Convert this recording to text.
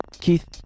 keith